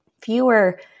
fewer